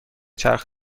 چرخ